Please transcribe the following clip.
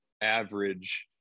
average